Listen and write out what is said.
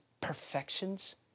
perfections